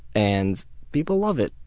and people love it.